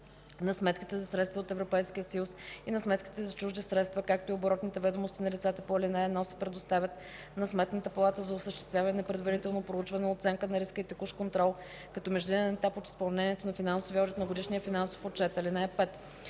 на сметките за средства от Европейския съюз и на сметките за чужди средства, както и оборотните ведомости на лицата по ал. 1 се предоставят на Сметната палата за осъществяване на предварително проучване, оценка на риска и текущ контрол като междинен етап от изпълнение на финансовия одит на годишния финансов отчет. (5)